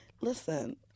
Listen